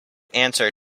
answer